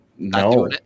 no